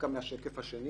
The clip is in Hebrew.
מהשקף השני